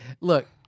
Look